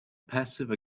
passive